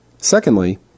Secondly